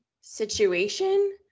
situation